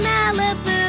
Malibu